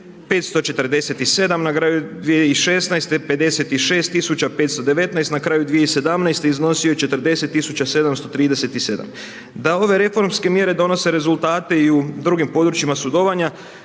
519, na kraju 2017. iznosio je 40 tisuća 737. Da ove reformske mjere donose rezultate i u drugim područjima sudovanja